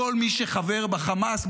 כל מי שחבר בחמאס,